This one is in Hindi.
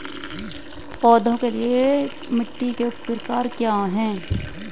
पौधों के लिए मिट्टी के प्रकार क्या हैं?